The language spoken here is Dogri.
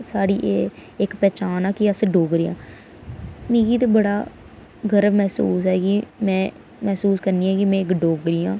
ते साढ़ी इक्क एह् पंछान ऐ कि अस डोगरें आं मिगी ते बड़ा गर्व महसूस ऐ कि में महसूस करनी कि में इक्क डोगरा आं